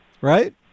Right